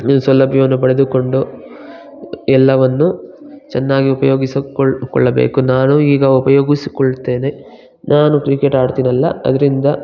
ಸೌಲಭ್ಯವನ್ನು ಪಡೆದುಕೊಂಡು ಎಲ್ಲವನ್ನು ಚೆನ್ನಾಗಿ ಉಪಯೋಗಿಸಿಕೊಳ್ಳ ಕೊಳ್ಳಬೇಕು ನಾನು ಈಗ ಉಪಯೋಗಿಸಿಕೊಳ್ಳುತ್ತೇನೆ ನಾನು ಕ್ರಿಕೆಟ್ ಆಡ್ತೀನಲ್ಲ ಅದರಿಂದ